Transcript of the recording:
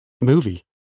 movie